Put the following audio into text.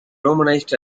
romanized